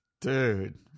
Dude